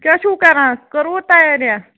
کیٛاہ چھُو کَران کٔروٕ تَیٲرِیاہ